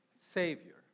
Savior